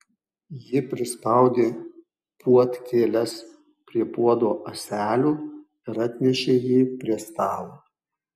ji prispaudė puodkėles prie puodo ąselių ir atnešė jį prie stalo